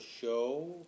show